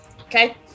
Okay